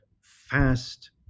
fast